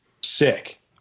sick